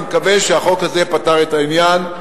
אני מקווה שהחוק הזה פתר את העניין.